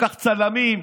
לקח צלמים,